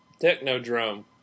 Technodrome